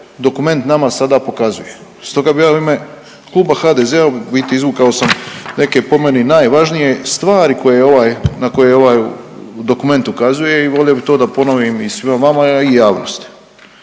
dokument nama sada pokazuje. Stoga bi u ja u ime kluba HDZ-a u biti izvukao sam neke po meni najvažnije stvari na koje ovaj dokument ukazuje i volio bi da to ponovim i svima vama i javnosti.